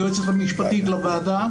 היועצת המשפטית לוועדה,